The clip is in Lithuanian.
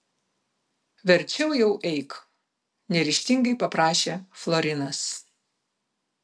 verčiau jau eik neryžtingai paprašė florinas